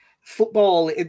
football